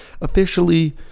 officially